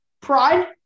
Pride